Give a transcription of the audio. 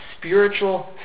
spiritual